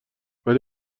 ولی